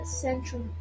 central